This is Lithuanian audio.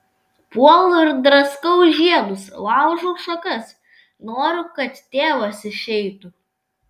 puolu ir draskau žiedus laužau šakas noriu kad tėvas išeitų